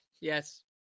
Yes